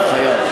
חייב, חייב.